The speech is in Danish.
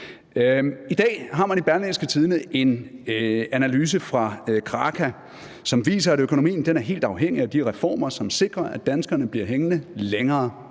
I dag har man i Berlingske en analyse fra Kraka, som viser, at økonomien er helt afhængig af de reformer, som sikrer, at danskerne bliver hængende længere